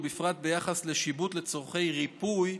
ובפרט ביחס לשיבוט לצורכי ריפוי,